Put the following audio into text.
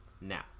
now